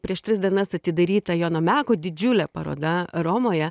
prieš tris dienas atidaryta jono meko didžiulė paroda romoje